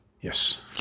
Yes